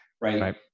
right